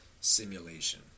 simulation